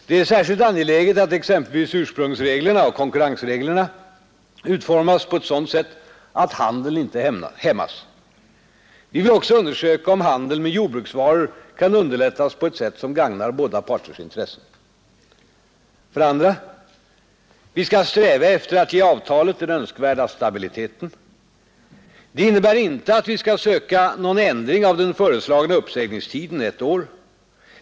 Det är särskilt angeläget att exempelvis ursprungsreglerna och konkurrensreglerna utformas på ett sådant sätt att handeln inte hämmas. Vi vill också undersöka om handeln med jordbruksvaror kan underlättas på ett sätt som gagnar båda parters intressen. För det andra: Vi skall sträva efter att ge avtalet den önskvärda stabiliteten. Det innebär inte att vi skall söka någon ändring av den föreslagna uppsägningstiden, ett år.